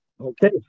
Okay